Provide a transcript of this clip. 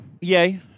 Yay